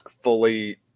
fully